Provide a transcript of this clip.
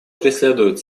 преследует